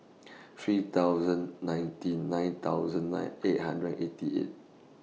three thousand nineteen nine thousand nine eight hundred eighty eight